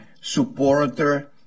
supporter